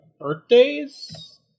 birthdays